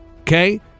okay